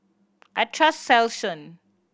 I trust Selsun